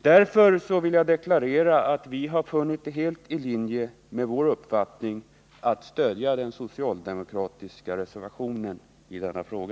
Därför vill jag deklarera att vi funnit det helt i linje med vår uppfattning att stödja den socialdemokratiska reservationen i denna fråga.